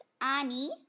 Annie